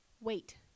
Wait